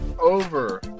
over